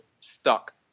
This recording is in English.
stuck